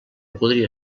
podria